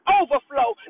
overflow